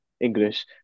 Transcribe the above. english